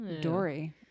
Dory